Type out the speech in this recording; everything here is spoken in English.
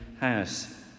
house